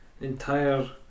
entire